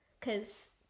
Cause